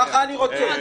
ככה אני רוצה.